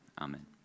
Amen